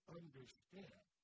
understand